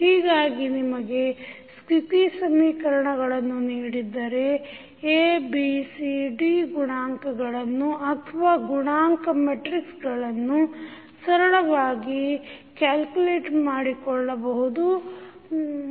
ಹೀಗಾಗಿ ನಿಮಗೆ ಸ್ಥಿತಿ ಸಮೀಕರಣಗಳನ್ನು ನೀಡಿದ್ದರೆ A B C D ಗುಣಾಂಕಗಳನ್ನು ಅಥವಾ ಗುಣಾಂಕ ಮೆಟ್ರಿಕ್ಸ್ ಗಳನ್ನು ಸರಳವಾಗಿ ಕ್ಯಾಲ್ಕುಲೇಟ್ ಮಾಡಿಕೊಳ್ಳಬಹುದು